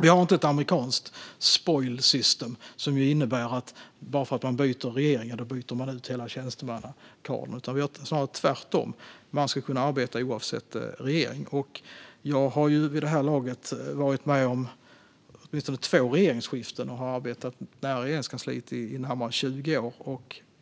Vi har inte ett amerikanskt spoil system, som ju innebär att man byter ut hela tjänstemannakåren om man byter regering. Snarare är det tvärtom: Man ska kunna arbeta oavsett regering. Jag har vid det här laget varit med om åtminstone två regeringsskiften och arbetat nära Regeringskansliet i närmare 20 år.